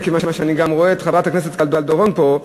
מכיוון שאני גם רואה את חברת הכנסת קלדרון פה,